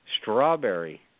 Strawberry